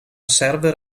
server